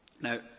Now